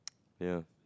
ya